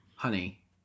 Honey